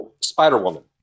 Spider-Woman